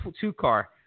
two-car